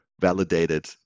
validated